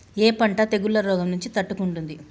ఏ పంట తెగుళ్ల రోగం నుంచి తట్టుకుంటుంది?